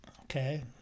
Okay